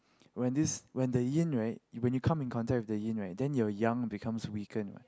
when this when the Yin right when you come in contact with the Yin right then your Yang becomes weaken what